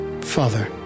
Father